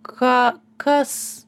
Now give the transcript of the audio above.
ką kas